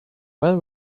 when